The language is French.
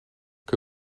que